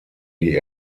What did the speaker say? die